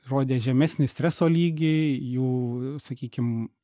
rodė žemesnį streso lygį jų sakykim